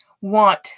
want